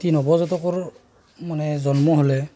এটি নৱজাতকৰ মানে জন্ম হ'লে